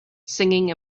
singing